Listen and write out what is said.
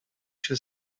się